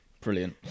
brilliant